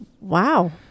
Wow